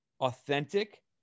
authentic